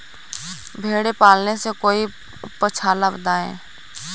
भेड़े पालने से कोई पक्षाला बताएं?